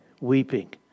weeping